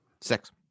Six